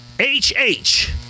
HH